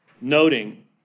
noting